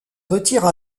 retire